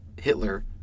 Hitler